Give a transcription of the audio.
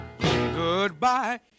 goodbye